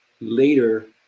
Later